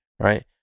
Right